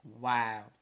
Wow